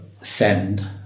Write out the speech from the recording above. send